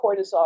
cortisol